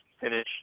finish